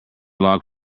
log